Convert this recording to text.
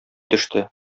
төште